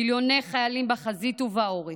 מיליוני חיילים בחזית ובעורף,